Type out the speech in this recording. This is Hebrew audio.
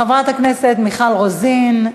חברת הכנסת מיכל רוזין,